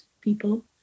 people